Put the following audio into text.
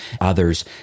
others